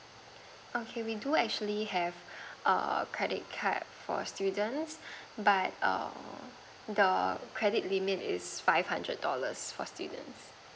okay we do actually have a credit card for students but err the credit limit is five hundred dollars for students